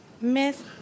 Miss